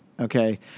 Okay